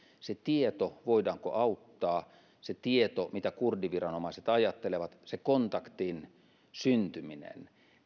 se tieto voidaanko auttaa se tieto mitä kurdiviranomaiset ajattelevat se kontaktin syntyminen